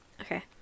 Okay